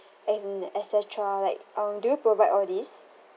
and et cetera like um do you provide all these